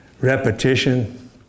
repetition